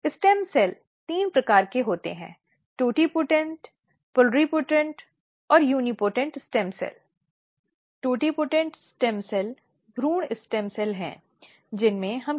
इसलिए इसे टालना चाहिए यह सबसे अच्छा है इसलिए यह बहुत महत्वपूर्ण है कि उन्हें कुछ मात्रा में स्वतंत्रता होनी चाहिए